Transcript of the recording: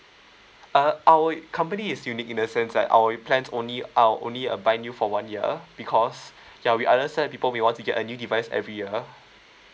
uh our company is unique in the sense like our plan only I'll only uh bind you for one year because ya we understand people may want to get a new device every year